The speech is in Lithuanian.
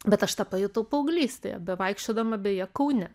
bet aš tą pajutau paauglystėje bevaikščiodama beje kaune